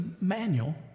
manual